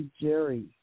Jerry